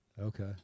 Okay